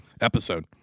episode